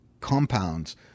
compounds